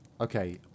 Okay